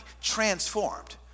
transformed